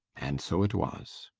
and so it was.